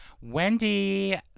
Wendy